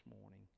morning